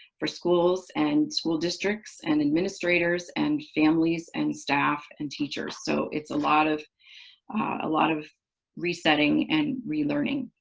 for schools and school districts and administrators and families and staff and teachers. so it's a lot of ah lot of resetting and relearning.